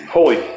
Holy